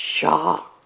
shock